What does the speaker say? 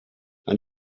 and